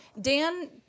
Dan